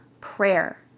prayer